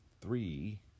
Three